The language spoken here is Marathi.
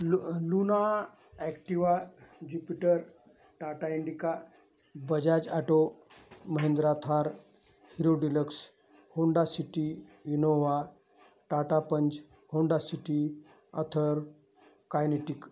लु Luna Activa Jupiter Tata Indica Bajaj auto Mahindra Thar Hero Deluxe Honda City Innova Tata Punch Honda City Ather kinetic